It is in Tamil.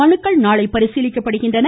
மனுக்கள் நாளை பரிசீலிக்கப்படுகின்றன